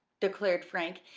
declared frank.